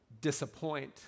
disappoint